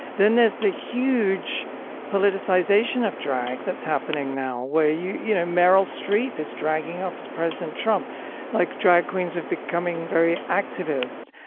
then there's the huge politicization of drag that's happening now where you you know meryl streep is dragging up as president trump like drag queens of becoming very activist.